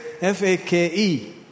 F-A-K-E